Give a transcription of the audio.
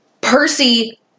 Percy